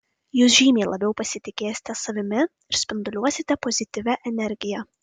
jūs žymiai labiau pasitikėsite savimi ir spinduliuosite pozityvia energija